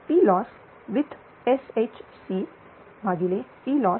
Ploss with Sh